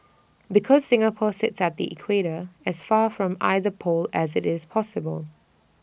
because Singapore sits at the equator as far from either pole as IT is possible